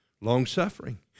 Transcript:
long-suffering